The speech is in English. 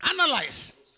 Analyze